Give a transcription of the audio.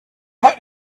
how